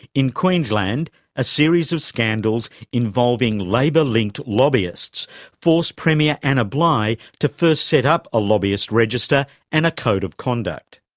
in queensland a series of scandals involving labor-linked lobbyists forced premier anna bligh to first set up a lobbyist register and a code of conduct.